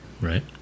right